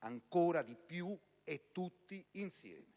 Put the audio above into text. ancora di più e tutti insieme.